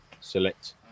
select